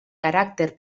caràcter